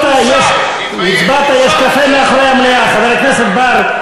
חבר הכנסת בר.